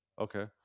Okay